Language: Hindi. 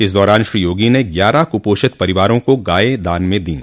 इस दौरान श्री योगी ने ग्यारह कुपोषित परिवारों को गायें दान में दीं